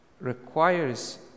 requires